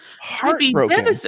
heartbroken